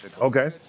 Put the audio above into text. Okay